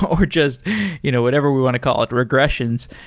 or just you know whatever we want to call it, regressions,